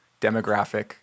demographic